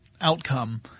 outcome